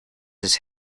his